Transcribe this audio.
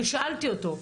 ושאלתי אותו,